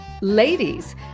Ladies